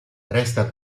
resta